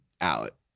out